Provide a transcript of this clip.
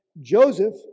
Joseph